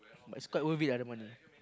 but it's quite worth it lah the money